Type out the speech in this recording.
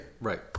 Right